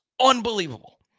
unbelievable